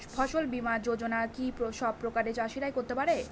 ফসল বীমা যোজনা কি সব প্রকারের চাষীরাই করতে পরে?